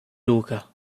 luca